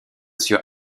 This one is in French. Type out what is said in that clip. sur